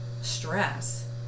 stress